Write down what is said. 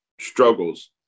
struggles